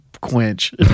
quench